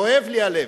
כואב לי הלב.